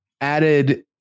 added